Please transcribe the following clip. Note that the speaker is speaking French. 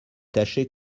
tâchez